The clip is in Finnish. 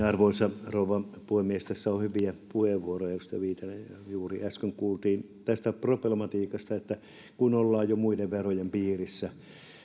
arvoisa rouva puhemies tässä on ollut hyviä puheenvuoroja juuri äsken kuultiin tästä problematiikasta kun ollaan jo muiden verojen piirissä